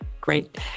Great